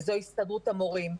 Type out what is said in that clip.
וזו הסתדרות המורים.